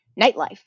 nightlife